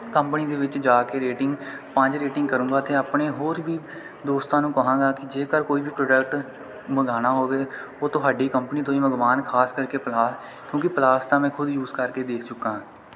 company ਦੇ ਵਿੱਚ ਜਾ ਕੇ ਰੇਟਿੰਗ ਪੰਜ ਰੇਟਿੰਗ ਕਰੂੰਗਾ ਅਤੇ ਆਪਣੇ ਹੋਰ ਵੀ ਦੋਸਤਾਂ ਨੂੰ ਕਹਾਂਗਾ ਕਿ ਜੇਕਰ ਕੋਈ ਵੀ ਪ੍ਰੋਡਕਟ ਮੰਗਵਾਉਣਾ ਹੋਵੇ ਉਹ ਤੁਹਾਡੀ ਕੰਪਨੀ ਤੋਂ ਹੀ ਮੰਗਵਾਉਣ ਖਾਸ ਕਰਕੇ ਪਲਾਸ ਕਿਉਂਕਿ ਪਲਾਸ ਤਾਂ ਮੈ ਖੁਦ ਯੂਜ ਕਰਕੇ ਦੇਖ ਚੁੱਕਾ ਹਾਂ